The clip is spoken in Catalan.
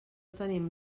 tenim